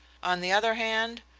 on the other hand,